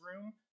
room